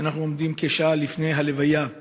כשאנחנו עומדים כשעה לפני הלוויה,